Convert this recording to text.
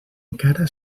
encara